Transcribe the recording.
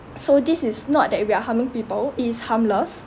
so this is not that we are harming people it is harmless